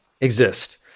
exist